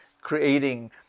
creating